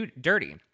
dirty